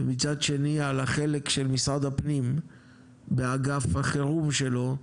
ומצד שני על החלק של משרד הפנים באגף החירום שלו,